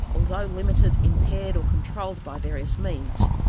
although limited, impaired or controlled by various means,